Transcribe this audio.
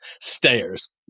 stairs